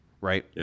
right